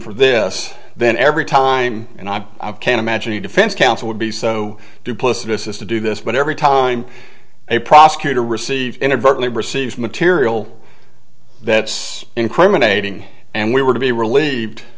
for this then every time and i'm can imagine a defense counsel would be so duplicitous as to do this but every time a prosecutor receives inadvertently receives material that's incriminating and we were to be relieved